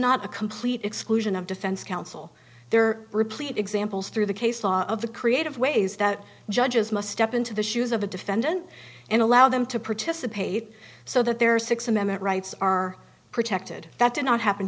a complete exclusion of defense counsel there are replete examples through the case law of the creative ways that judges must step into the shoes of the defendant and allow them to participate so that their six amendment rights are protected that did not happen